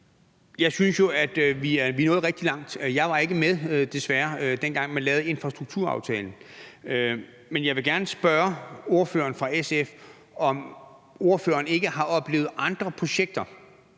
Jeg synes jo, at vi er nået rigtig langt. Jeg var jo desværre ikke med, dengang man lavede infrastrukturaftalen, men jeg vil gerne spørge ordføreren for SF, om ordføreren ikke har oplevet, at der